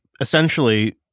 essentially